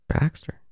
Baxter